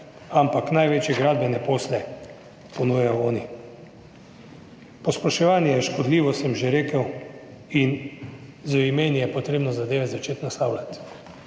ampak največje gradbene posle ponujajo oni. Posploševanje je škodljivo, sem že rekel, in z imeni je potrebno zadeve začeti naslavljati.